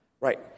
right